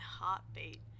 heartbeat